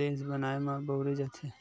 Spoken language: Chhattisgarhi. लेस बनाए म बउरे जाथे